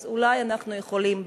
אז אולי אנחנו יכולים,